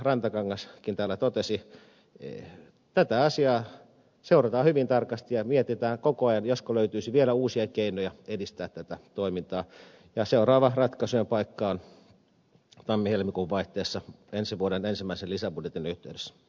rantakangaskin täällä totesi tätä asiaa seurataan hyvin tarkasti ja mietitään koko ajan josko löytyisi vielä uusia keinoja edistää tätä toimintaa ja seuraava ratkaisujen paikka on tammihelmikuun vaihteessa ensi vuoden ensimmäisen lisäbudjetin yhteydessä